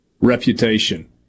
reputation